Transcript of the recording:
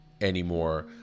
anymore